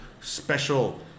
special